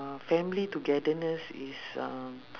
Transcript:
uh family togetherness is uh